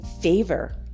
favor